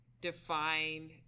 define